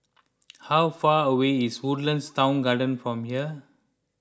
how far away is Woodlands Town Garden from here